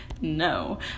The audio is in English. no